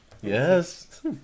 yes